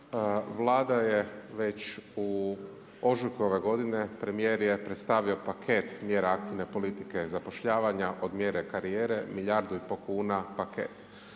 Vlada je već u ožujku ove godine, premijer je predstavio paket mjera aktivne politike zapošljavanja od mjere karijere milijardu i pol kuna paket.